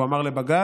והוא אמר לבג"ץ,